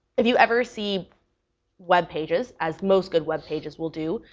if you ever see web pages, as most good web pages will do,